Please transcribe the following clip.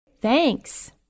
Thanks